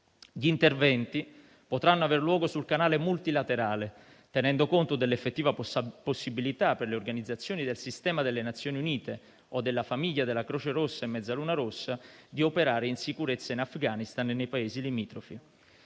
Gli interventi potranno aver luogo sul canale multilaterale, tenendo conto dell'effettiva possibilità per le organizzazioni del sistema delle Nazioni Unite o della famiglia della Croce Rossa e Mezzaluna Rossa di operare in sicurezza in Afghanistan e nei Paesi limitrofi.